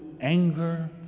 anger